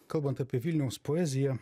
kalbant apie vilniaus poeziją